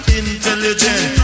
intelligent